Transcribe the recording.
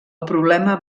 problema